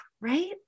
right